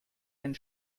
einen